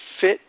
fit